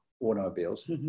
automobiles